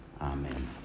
Amen